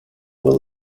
will